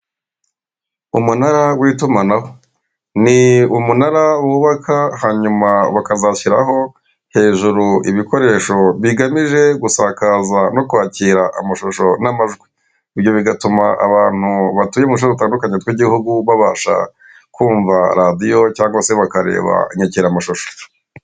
Umunara w'itumanaho ni umunara wubakwa hanyuma bakazashyiraho hejuru ibikoresho bigamije gusakaza no kwakira amashusho n'amajwi ibyo bigatuma abantu batuye muduce dutandukanye tw'igihugu babasha kumva radiyo cyangwa se bakareba inyakiramashusho .